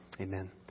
Amen